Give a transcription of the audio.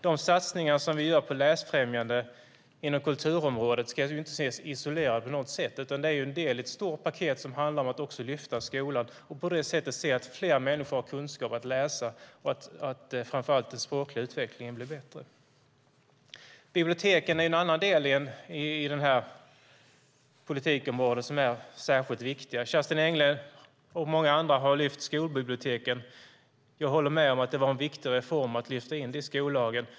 De satsningar som vi gör på läsfrämjande inom kulturområdet ska inte ses isolerade. De är en del i ett stort paket som handlar om att lyfta skolan och se till att fler människor har kunskapen att läsa och att den språkliga utvecklingen blir bättre. Biblioteken är en annan del av det här politikområdet som är särskilt viktig. Kerstin Engle och många andra har lyft fram skolbiblioteken. Jag håller med om att det var en viktig reform att lyfta in dem i skollagen.